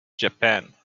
japan